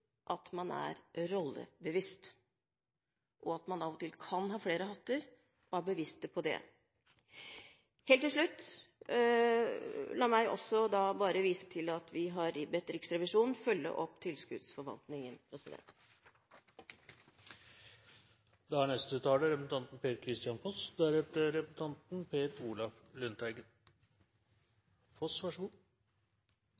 at man er rollebevisst, og at man av og til kan ha flere hatter – at man er bevisst på det. Helt til slutt: La meg også bare vise til at vi har bedt Riksrevisjonen følge opp tilskuddsforvaltningen.